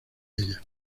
ella